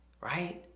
right